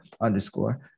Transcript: underscore